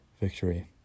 victory